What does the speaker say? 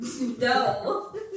no